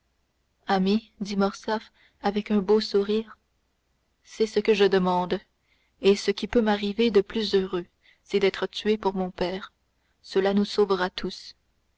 ami dit morcerf avec un beau sourire c'est ce que je demande et ce qui peut m'arriver de plus heureux c'est d'être tué pour mon père cela nous sauvera tous